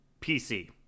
pc